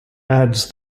adds